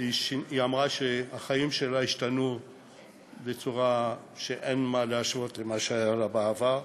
היא אמרה שהחיים שלה השתנו בצורה שאין מה להשוות למה שהיה לה בעבר.